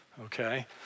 okay